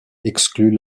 exclut